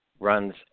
runs